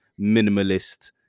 minimalist